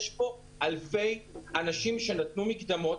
יש פה אלפי אנשים שנתנו מקדמות,